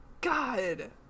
God